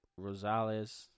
Rosales